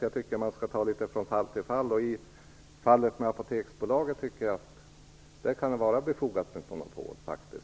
Jag tycker att man skall bedöma litet från fall till fall, och i fallet med Apoteksbolaget tycker jag att det kan vara befogat med ett monopol.